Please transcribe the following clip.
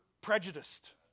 prejudiced